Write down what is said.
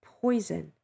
poison